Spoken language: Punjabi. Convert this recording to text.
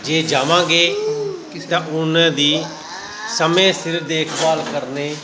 ਜੇ ਜਾਵਾਂਗੇ ਤਾਂ ਉਹਨਾਂ ਦੀ ਸਮੇਂ ਸਿਰ ਦੇਖਭਾਲ ਕਰਨੀ